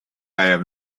have